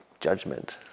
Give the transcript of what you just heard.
judgment